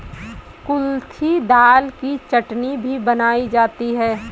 कुल्थी दाल की चटनी भी बनाई जाती है